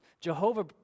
Jehovah